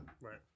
Right